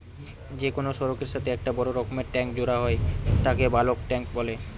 যে কোনো সড়কের সাথে একটা বড় রকমের ট্যাংক জোড়া হয় তাকে বালক ট্যাঁক বলে